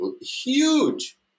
huge